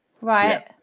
Right